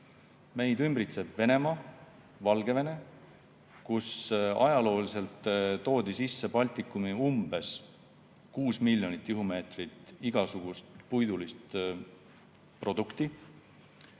Meid ümbritsevad Venemaa ja Valgevene, kust ajalooliselt toodi Baltikumi umbes 6 miljonit tihumeetrit igasugust puidulist produkti.